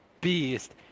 beast